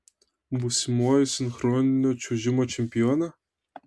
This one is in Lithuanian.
būsimoji sinchroninio čiuožimo čempionė